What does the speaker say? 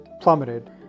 plummeted